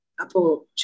Apo